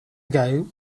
ago